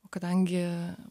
o kadangi